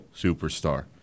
superstar